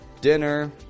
dinner